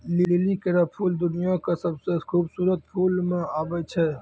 लिली केरो फूल दुनिया क सबसें खूबसूरत फूल म आबै छै